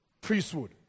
priesthood